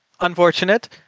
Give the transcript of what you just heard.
Unfortunate